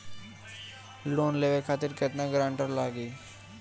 Loan लेवे खातिर केतना ग्रानटर लागी?